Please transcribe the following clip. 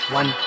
one